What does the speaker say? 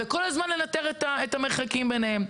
וכל הזמן לנטר את המרחקים ביניהם.